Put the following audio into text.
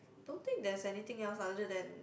don't think there's anything else other than